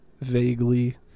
vaguely